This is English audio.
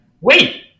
wait